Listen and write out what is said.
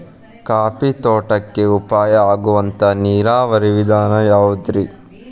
Coffee ತೋಟಕ್ಕ ಉಪಾಯ ಆಗುವಂತ ನೇರಾವರಿ ವಿಧಾನ ಯಾವುದ್ರೇ?